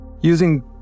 Using